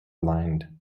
blind